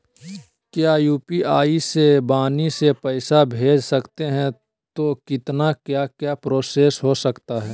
क्या यू.पी.आई से वाणी से पैसा भेज सकते हैं तो कितना क्या क्या प्रोसेस हो सकता है?